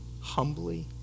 humbly